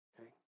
okay